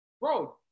bro